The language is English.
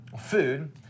Food